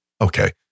Okay